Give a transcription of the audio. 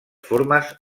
formes